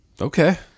Okay